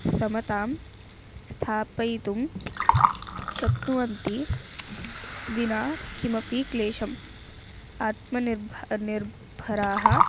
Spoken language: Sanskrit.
समतां स्थापयितुं शक्नुवन्ति विना किमपि क्लेशम् आत्मनिर्भरः निर्भराः